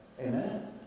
Amen